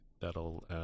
that'll